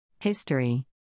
History